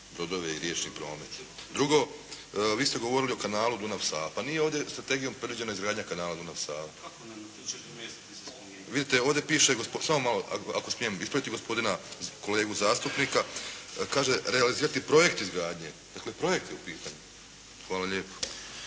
brodove i riječni promet? Drugo, vi ste govorili o kanalu Dunav-Sava. Pa nije ovdje strategijom utvrđena izgradnja kanala Dunav-Sava. …/Upadica se ne čuje./… Vidite, ovdje piše. Samo malo ako smijem ispraviti gospodina kolegu zastupnika. Kaže realizirati projekt izgradnje. Dakle, projekt je u pitanju. Hvala lijepo.